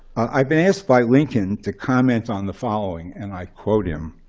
i've been asked by lincoln to comment on the following, and i quote him,